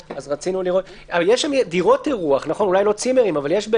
הרי יש שם דירות אירוח, באילת.